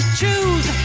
choose